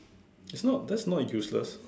it's not that's not useless